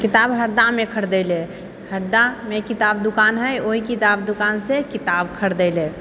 किताब हरदामे खरदेलै हरदामे किताब दोकान हइ ओहि किताब दोकानसँ किताब खरदेलै